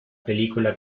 película